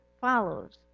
follows